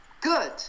good